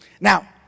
Now